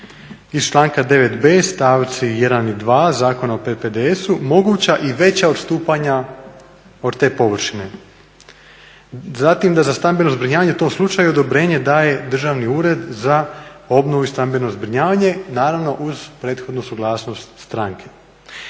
članka 9.b stavci 1. i 2. Zakona o PPDS-u moguća i veća odstupanja od te površine. Zatim da za stambeno zbrinjavanje u tom slučaju odobrenje daje Državni ured za obnovu i stambeno zbrinjavanje, naravno uz prethodnu suglasnost stranke.